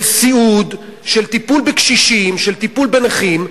של סיעוד, של טיפול בקשישים, של טיפול בנכים,